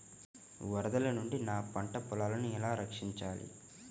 వరదల నుండి నా పంట పొలాలని ఎలా రక్షించాలి?